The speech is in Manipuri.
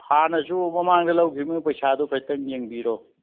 ꯍꯥꯟꯅꯁꯨ ꯃꯃꯥꯡꯗ ꯂꯧꯒꯤꯕꯅꯤ ꯄꯩꯁꯥꯗꯨ ꯈꯤꯇꯪ ꯌꯦꯡꯕꯤꯔꯣ